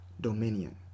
dominion